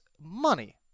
money